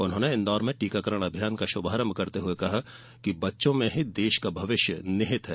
उन्होंने इंदौर में टीकाकरण अभियान का शुभारंभ करते हुए कहा कि बच्चों में ही देश का भविष्य निहित है